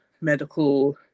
medical